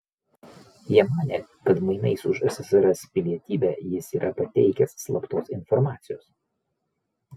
jie manė kad mainais už ssrs pilietybę jis yra pateikęs slaptos informacijos